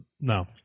no